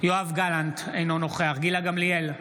יואב גלנט, אינו נוכח גילה גמליאל,